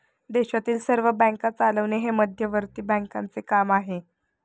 देशातील सर्व बँका चालवणे हे मध्यवर्ती बँकांचे काम आहे